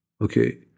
okay